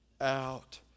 out